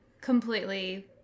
completely